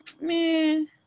man